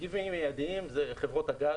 מגיבים מידיים זה חברות הגז,